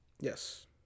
Yes